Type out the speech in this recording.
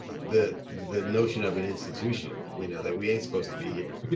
the the notion of an institution you know, that we ain't supposed to be here. you